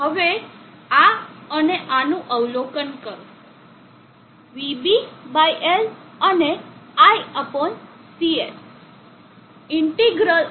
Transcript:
હવે આ અને આનું અવલોકન કરો vBL અને ICS ઈન્ટીગ્રલ ઓફ dt ના ગુણાંકનું